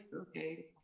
okay